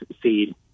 seed